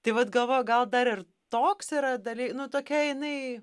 tai vat galvoju gal dar ir toks yra dali nu tokia jinai